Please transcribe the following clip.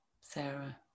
Sarah